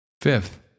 Fifth